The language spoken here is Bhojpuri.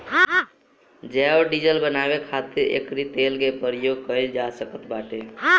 जैव डीजल बानवे खातिर एकरी तेल के प्रयोग कइल जा सकत बाटे